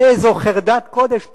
באיזה חרדת קודש,